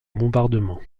bombardement